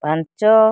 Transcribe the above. ପାଞ୍ଚ